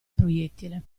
proiettile